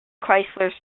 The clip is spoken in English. chrysler